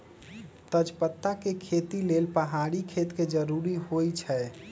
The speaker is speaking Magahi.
तजपत्ता के खेती लेल पहाड़ी खेत के जरूरी होइ छै